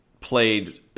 played